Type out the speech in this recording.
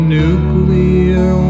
nuclear